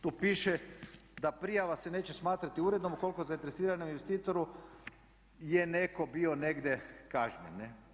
Tu piše da prijava se neće smatrati urednom ukoliko zainteresiranom investitoru je netko bio negdje kažnjen.